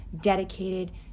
dedicated